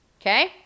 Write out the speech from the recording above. Okay